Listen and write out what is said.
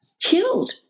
killed